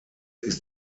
ist